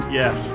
yes